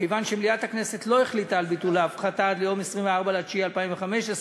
כיוון שמליאת הכנסת לא החליטה על ביטול ההפחתה עד ליום 24 בספטמבר 2015,